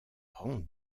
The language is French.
rang